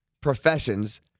professions